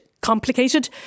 complicated